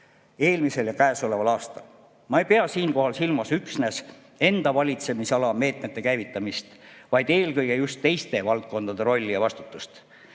eelmisel ja käesoleval aastal. Ma ei pea siinkohal silmas üksnes enda valitsemisala meetmete käivitamist, vaid eelkõige teiste valdkondade rolli ja vastutust.